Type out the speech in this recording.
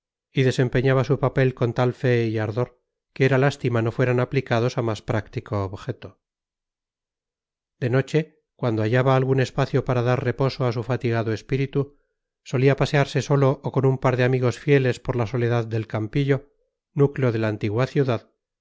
y desempeñaba su papel con tal fe y ardor que era lástima no fueran aplicados a más práctico objeto de noche cuando hallaba algún espacio para dar reposo a su fatigado espíritu solía pasearse solo o con un par de amigos fieles por la soledad del campillo núcleo de la antigua ciudad